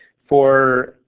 for